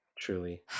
Truly